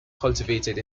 cultivated